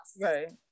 Right